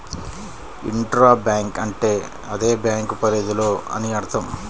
intra bank అంటే అదే bank పరిధిలో అని అర్థం